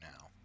now